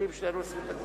מסכימים שנינו, 20 דקות.